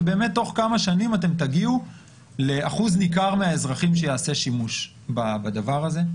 ובאמת תוך כמה שנים תגיעו לאחוז ניכר מהאזרחים שיעשה שימוש בדבר הזה.